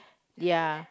ya